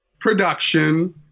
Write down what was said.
Production